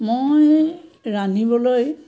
মই ৰান্ধিবলৈ